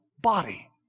body